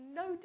no